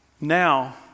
Now